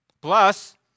Plus